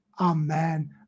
Amen